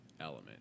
element